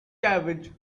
cabbage